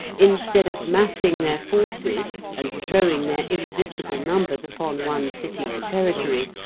instead of massing their forces and throwing their irresistible numbers upon one city or territory,